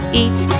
eat